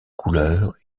couleurs